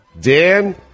Dan